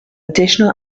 additional